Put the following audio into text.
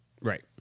Right